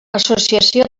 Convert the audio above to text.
associació